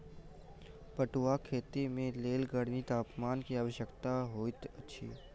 पटुआक खेती के लेल गर्म तापमान के आवश्यकता होइत अछि